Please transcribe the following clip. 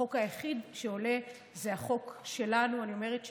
החוק היחיד שעולה זה החוק שלנו, אני אומרת "שלנו"